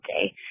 day